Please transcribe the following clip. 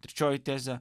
trečioje tezė